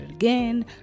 again